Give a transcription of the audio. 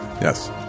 Yes